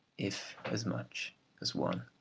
if as much as one.